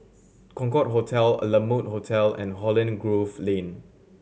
Concorde Hotel La Mode Hotel and Holland Grove Lane